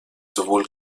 sowohl